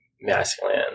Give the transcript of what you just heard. masculine